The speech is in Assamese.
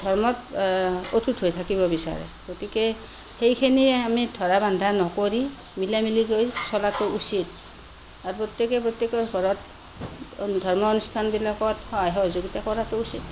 ধৰ্মত অটুট হৈ থাকিব বিচাৰে গতিকে সেইখিনি আমি ধৰা বন্ধা নকৰি মিলা মিলিকৈ চলাটো উচিত আৰু প্ৰত্যেকেই প্ৰত্যেকৰ ঘৰত ধৰ্মানুষ্ঠানবিলাকত সহায় সহযোগিতা কৰাটো উচিত